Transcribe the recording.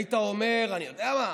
היית אומר, אני יודע מה,